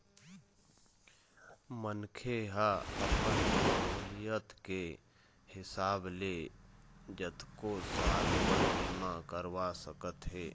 मनखे ह अपन सहुलियत के हिसाब ले जतको साल बर बीमा करवा सकत हे